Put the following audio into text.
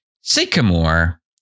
sycamore